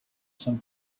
some